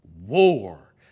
War